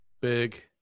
big